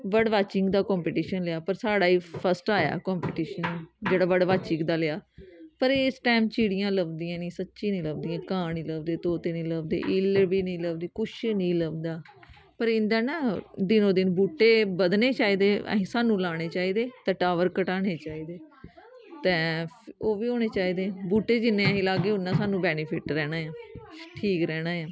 bird watching दा competition लेआ पर साढ़ा ई फस्ट आया कंपीटिशन जेह्ड़ा बर्ड वाचिंग दा लेआ पर इस टाईम चिड़ियां लब्भदियां निं सच्ची निं लब्भदियां कां निं लभदे तोते निं लभदे इल्ल बी निं लभदी कुछ निं लभदा पर इंदा ना दिनो दिन बूह्टे बधने चाहिदे असें सानूं लाने चाहिदे ते टावर घटाने चाहिदे ते ओह् बी होने चाहिदे बूह्टे जिन्ने असीं लागे उन्ना सानूं बैनिफिट देना ऐ ठीक रैह्ना ऐ